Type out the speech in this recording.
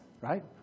right